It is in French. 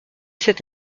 cette